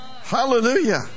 Hallelujah